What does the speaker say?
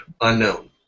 unknown